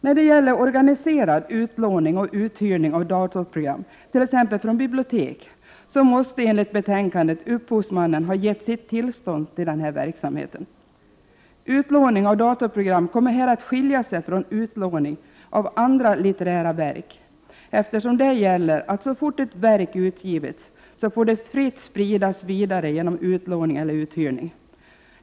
När det gäller organiserad utlåning och uthyrning av datorprogram, t.ex. från bibliotek, måste enligt betänkandet upphovsmannen ha gett sitt tillstånd till den verksamheten. Utlåning av datorprogram kommer här att skilja sig från utlåning av andra litterära verk, eftersom där gäller att så fort ett verk utgivits får det fritt spridas vidare genom utlåning eller uthyrning.